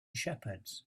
shepherds